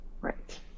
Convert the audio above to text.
Right